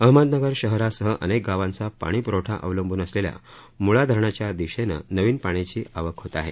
अहमदनगर शहरासह अनेक गावांचा पाणीप्रवठा अवलंबन असलेल्या मृळा धरणाच्या दिशेनं नवीन पाण्याची आवक होत आहे